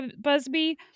Busby